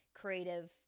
creative